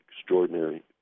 extraordinary